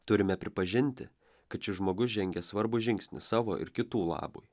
turime pripažinti kad šis žmogus žengė svarbų žingsnį savo ir kitų labui